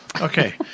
Okay